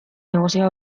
negozioa